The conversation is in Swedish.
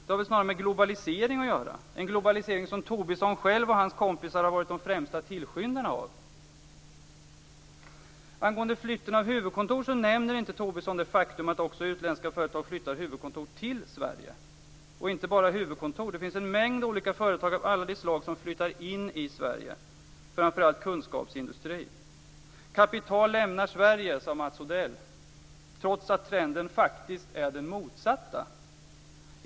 Det har väl snarare med globalisering att göra, en globalisering som Tobisson själv och hans kompisar har varit de främsta tillskyndarna av. Angående flytten av huvudkontor nämner inte Tobisson det faktum att också utländska företag flyttar huvudkontor till Sverige, och inte bara huvudkontor. Det finns en mängd företag av alla de slag som flyttar in i Sverige, framför allt kunskapsindustri. Kapital lämnar Sverige, sa Mats Odell, trots att trenden faktiskt är den motsatta.